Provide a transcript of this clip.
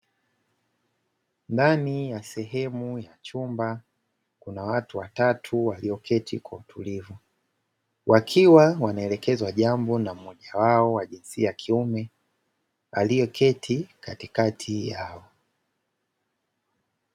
Ndani ya sehemu ya chumba kuna watu watatu walioketi kwa utulivu, wakiwa wanaelekezwa jambo na mmoja wao wa jinsia ya kiume aliyeketi katikati yao.